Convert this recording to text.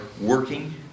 working